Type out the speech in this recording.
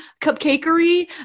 Cupcakery